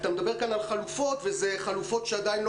אתה מדבר כאן על חלופות ואלה חלופות שעדיין לא